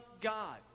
God